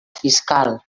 fiscal